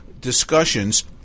discussions